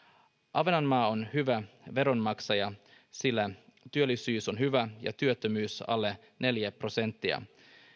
ahvenanmaa on hyvä veronmaksaja sillä työllisyys on hyvä ja työttömyys alle neljä prosenttia